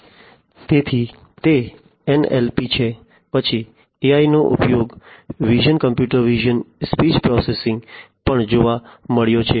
તેથી તે NLP છે પછી AI નો ઉપયોગ વિઝન કોમ્પ્યુટર વિઝન સ્પીચ પ્રોસેસિંગમાં સ્પીચ processing પણ જોવા મળ્યો છે